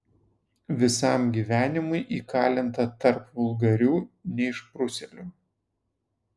visam gyvenimui įkalinta tarp vulgarių neišprusėlių